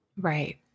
Right